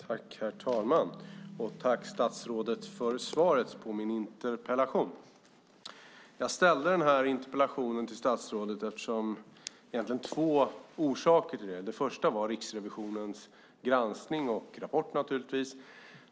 Herr talman! Tack, statsrådet, för svaret på min interpellation! Jag ställde interpellationen till statsrådet av två orsaker. Den första var Riksrevisionens granskning och rapport.